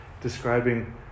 describing